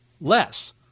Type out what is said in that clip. less